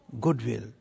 goodwill